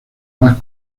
más